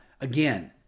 again